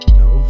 no